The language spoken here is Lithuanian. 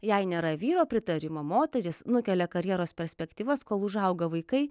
jei nėra vyro pritarimo moteris nukelia karjeros perspektyvas kol užauga vaikai